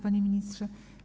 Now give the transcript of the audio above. Panie Ministrze!